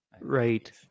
Right